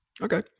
Okay